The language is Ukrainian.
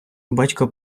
батько